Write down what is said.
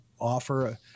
offer